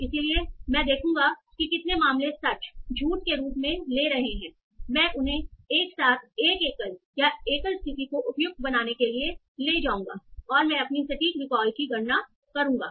इसलिए मैं देखूंगा कि कितने मामले सच झूठ के रूप में ले रहे हैं मैं उन्हें एक साथ एक एकल या एकल स्थिति को उपयुक्त बनाने के लिए ले जाऊंगा और मैं अपनी सटीक रिकॉल की गणना करूंगा